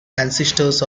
ancestors